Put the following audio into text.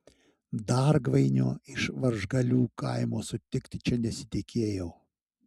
dargvainio iš varžgalių kaimo sutikti čia nesitikėjau